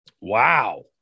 wow